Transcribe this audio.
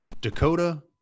Dakota